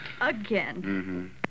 Again